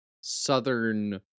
southern